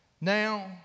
now